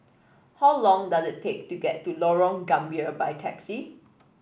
how long does it take to get to Lorong Gambir by taxi